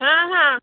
ହଁ ହଁ